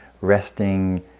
resting